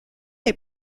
est